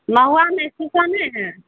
महुआमे सीसम नहि हइ